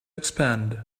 expand